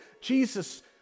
Jesus